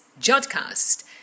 Jodcast